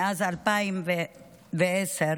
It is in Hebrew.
מאז 2010,